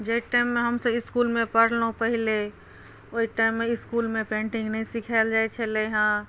जाहि टाइममे हमसभ इसकुलमे पढ़लहुँ पहिले ओहि टाइममे इसकुलमे पेन्टिङ्ग नहि सिखायल जाइत छलै हँ